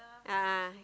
a'ah